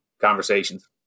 conversations